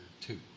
two